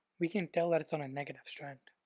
we can tell that it's on a negative strand.